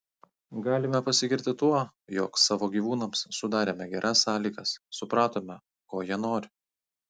galime pasigirti tuo jog savo gyvūnams sudarėme geras sąlygas supratome ko jie nori